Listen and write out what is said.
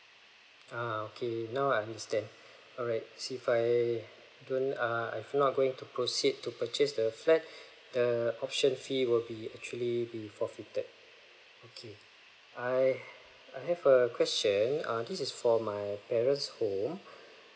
ah okay now I understand alright if I don't err I've not going to proceed to purchase the flat the option fee will be actually be forfeited okay I I have a question uh this is for my parents home